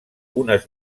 unes